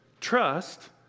trust